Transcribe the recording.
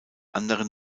anderen